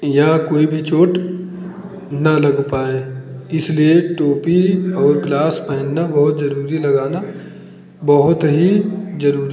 या कोई भी चोट न लग पाए इसलिए टोपी और ग्लास पहनना बहुत जरूरी लगाना बहुत ही जरूरी